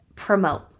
promote